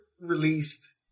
released